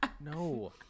No